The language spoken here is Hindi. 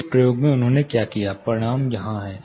इस प्रयोग में उन्होंने क्या किया परिणाम यहाँ हैं